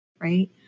right